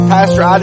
Pastor